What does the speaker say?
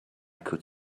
could